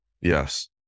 Yes